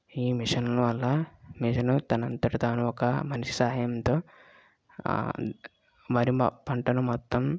ఈ మిషన్ వల్ల మిషన్ తన అంతట తాను ఒక మనిషి సహాయంతో వరి పంటను మొత్తం